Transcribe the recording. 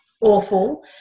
awful